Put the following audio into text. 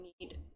need